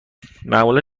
معمولا